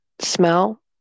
smell